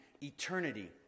eternity